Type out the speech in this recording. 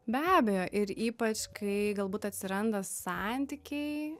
be abejo ir ypač kai galbūt atsiranda santykiai